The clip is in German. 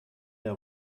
der